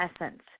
essence